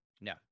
No